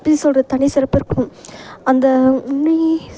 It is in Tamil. எப்படி சொல்வது தனி சிறப்பு இருக்கும் அந்த உண்மை